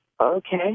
Okay